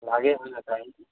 লাগে